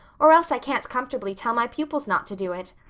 or else i can't comfortably tell my pupils not to do it.